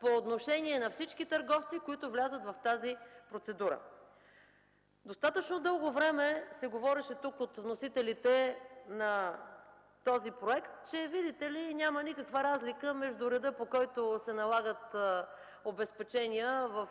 по отношение на всички търговци, които влязат в тази процедура. Тук от вносителите достатъчно дълго време се говореше за този проект, че видите ли няма никаква разлика между реда, по който се налагат обезпечения в